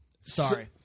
Sorry